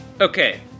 Okay